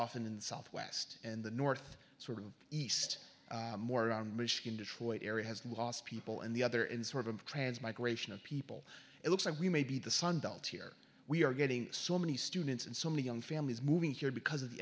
often in the southwest and the north sort of east more around michigan detroit area has lost people and the other in sort of trans migration of people it looks like we may be the sun belt here we are getting so many students and so many young families moving here because of the